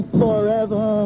forever